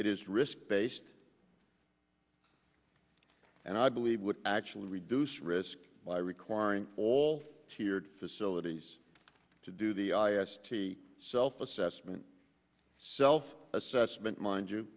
it is risk based and i believe would actually reduce risk by requiring all tiered facilities to do the i s t a self assessment self assessment mind you